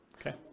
Okay